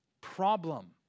problem